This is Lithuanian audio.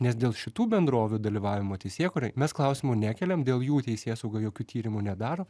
nes dėl šitų bendrovių dalyvavimo teisėkūroj mes klausimo nekeliam dėl jų teisėsauga jokių tyrimų nedaro